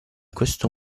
questo